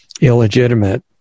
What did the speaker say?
illegitimate